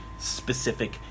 specific